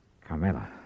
Carmela